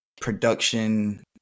production